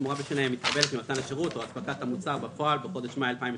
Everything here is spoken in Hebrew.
שהתמורה בשלהם מתקבלת ממתן השירות או הספקת המוצר בפועל בחודש מאי 2021,